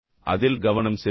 அதில் கவனம் செலுத்துங்கள்